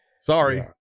sorry